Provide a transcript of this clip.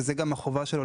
וזוהי גם החובה שלו,